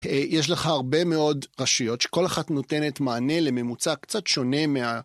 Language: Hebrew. יש לך הרבה מאוד רשויות שכל אחת נותנת מענה לממוצע קצת שונה מה...